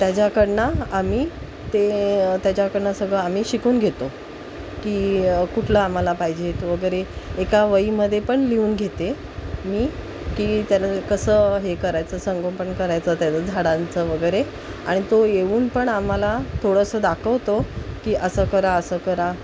त्याच्याकडून आम्ही ते त्याच्याकडून सगळं आम्ही शिकून घेतो की कुठलं आम्हाला पाहिजे तो वगैरे एका वहीमध्ये पण लिहून घेते मी की त्यानं कसं हे करायचं संगोपन करायचं त्याचं झाडांचं वगैरे आणि तो येऊन पण आम्हाला थोडंसं दाखवतो की असं करा असं करा